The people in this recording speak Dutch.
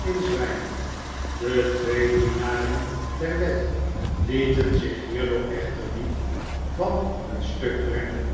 in zwijm de twee dienaren der wet lieten zich hierdoor echter niet van nun stuk brengen